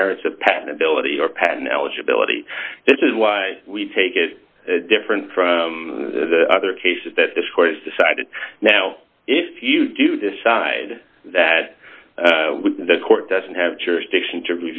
merits of patentability or patten eligibility this is why we take it different from the other cases that this court has decided now if you do decide that the court doesn't have jurisdiction to